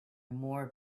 more